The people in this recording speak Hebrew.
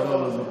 חבל על הזמן.